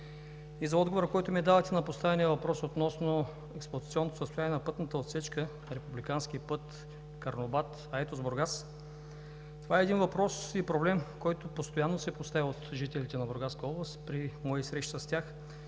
и за отговора, който ми дадохте на поставения въпрос, относно експлоатационното състояние на пътната отсечка на републикански път Карнобат – Айтос – Бургас. Това е един въпрос и проблем, който постоянно се поставя от жителите на Бургаска област при мои срещи с тях.